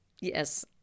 Yes